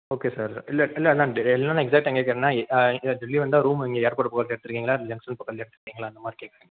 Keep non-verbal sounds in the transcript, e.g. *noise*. okay sir இல்லை இல்லை இல்லைல்ல *unintelligible* எக்சாக்ட்டா எங்கே இருக்கேன்னா எ டெல்லி வந்தால் ரூமு இங்கே ஏர்போர்ட்டு போகிறத்துக்கு எடுத்திருக்கீங்களா இல்லையாங்க *unintelligible* எடுத்திருக்கீங்களா அந்த மாதிரி கேக்கிறேன்